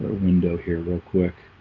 ah window here. they're quick.